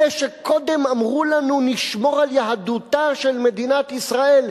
אלה שקודם אמרו לנו: נשמור על יהדותה של מדינת ישראל,